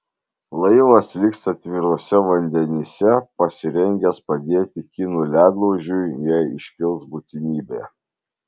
laivas liks atviruose vandenyse pasirengęs padėti kinų ledlaužiui jei iškils būtinybė